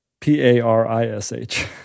P-A-R-I-S-H